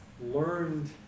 learned